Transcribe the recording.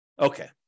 Okay